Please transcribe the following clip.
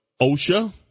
OSHA